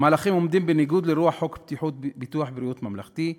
"המהלכים עומדים בניגוד לרוח חוק ביטוח בריאות ממלכתי,